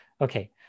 Okay